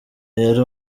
yari